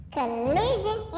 Collision